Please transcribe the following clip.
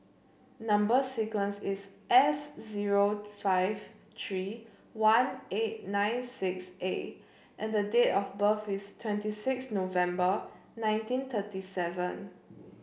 number sequence is S zero five three one eight nine six A and the date of birth is twenty six November nineteen thirty seven